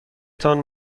تان